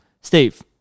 Steve